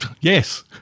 Yes